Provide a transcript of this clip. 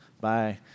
bye